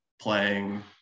playing